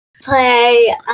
Play